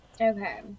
Okay